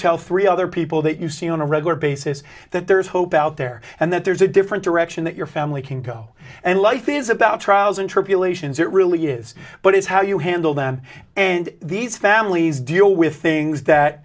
tell three other people that you see on a regular basis that there is hope out there and that there's a different direction that your family can go and life is about trials and tribulations it really is but it's how you handle them and these families deal with things that